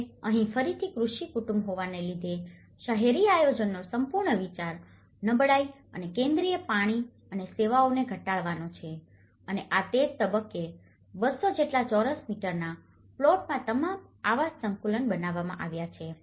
હવે અહીં ફરીથી કૃષિ કુટુંબ હોવાને લીધે શહેરી આયોજનનો સંપૂર્ણ વિચાર નબળાઈ અને કેન્દ્રિય પાણી અને સેવાઓને ઘટાડવાનો છે અને આ તે જ તબક્કે 200 જેટલા ચોરસ મીટરના પ્લોટમાં તમામ આવાસ સંકુલ બનાવવામાં આવ્યા છે